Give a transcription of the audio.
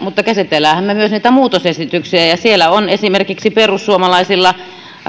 mutta käsittelemmehän me myös niitä muutosesityksiä siellä on esimerkiksi perussuomalaisilla